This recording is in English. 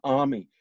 army